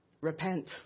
repent